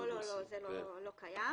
לא, זה לא קיים.